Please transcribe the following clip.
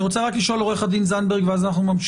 אני רוצה רק לשאול מה הצפי,